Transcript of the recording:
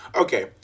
Okay